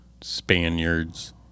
Spaniards